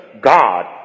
God